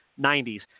90s